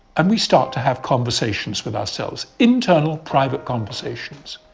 and we start to have conversations with ourselves, internal, private conversations.